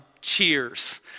Cheers